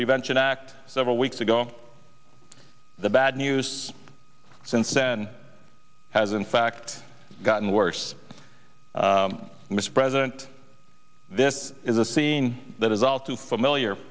prevention act several weeks ago the bad news since then has in fact gotten worse mr president this is a scene that is all too familiar